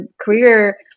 career